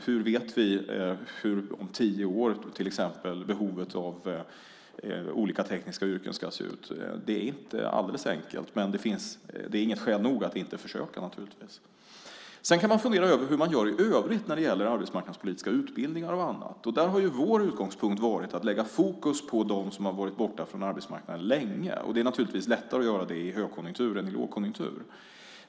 Hur vet vi hur behovet av olika tekniska yrken ser ut om tio år? Det är inte alldeles enkelt, men det är inte skäl nog att inte försöka. Sedan kan man fundera över hur man gör i övrigt när det gäller arbetsmarknadspolitiska utbildningar och annat. Där har vår utgångspunkt varit att lägga fokus på dem som har varit borta från arbetsmarknaden länge. Det är naturligtvis lättare att göra det i en högkonjunktur än i en lågkonjunktur.